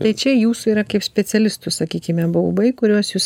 tai čia jūsų yra kaip specialistų sakykime baubai kuriuos jūs